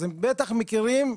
אז הם בטח מכירים,